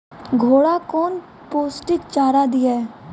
घोड़ा कौन पोस्टिक चारा दिए?